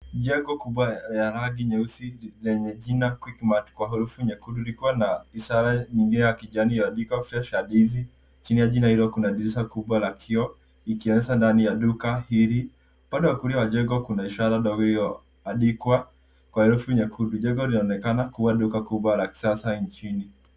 Jengo kubwa ya rangi nyeusi lenye jina quickmart kwa herufi nyekundu likiwa na ishara nyingine ya kijani iliyoandikwa fresh and easy . Chini ya jina hilo kuna dirisha kubwa la kioo likionyesha ndani ya duka hili. Upande wa kulia wa jengo kuna ishara ndogo iliyoandikwa kwa herufi nyekundu. Jengo linaonekana kuwa duka kubwa la kisasa nchini.